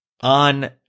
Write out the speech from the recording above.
On